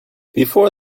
before